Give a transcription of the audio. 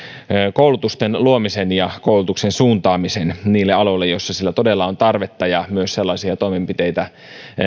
koulutusten luomisen ja koulutuksen suuntaamisen niille aloille joilla sillä todella on tarvetta ja myös sellaisia toimenpiteitä